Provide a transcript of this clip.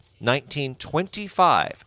1925